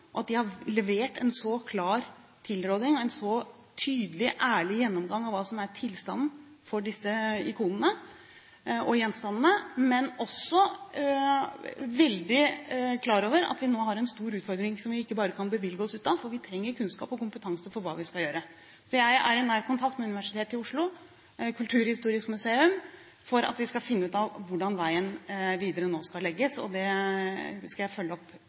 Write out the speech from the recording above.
og for at de har levert en så klar tilråding og en så tydelig og ærlig gjennomgang av hva som er tilstanden for disse ikonene og gjenstandene. Men jeg er også veldig klar over at vi nå har en stor utfordring som vi ikke bare kan bevilge oss ut av, for vi trenger kunnskap og kompetanse når det gjelder hva vi skal gjøre. Jeg er i nær kontakt med Universitetet i Oslo og Kulturhistorisk museum for å finne ut av hvordan veien videre skal legges opp, og det skal jeg følge